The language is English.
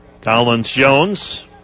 Collins-Jones